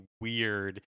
weird